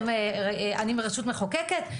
אני רשות מחוקקת,